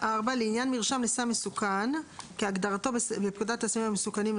"(4) לעניין מרשם לסם מסוכן כהגדרתו בפקודת הסמים המסוכנים ,